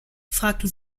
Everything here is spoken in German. fragte